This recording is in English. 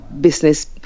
business